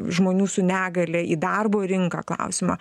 žmonių su negalia į darbo rinką klausimą